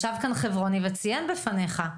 ישב כאן חברוני וציין בפניך.